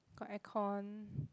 got aircon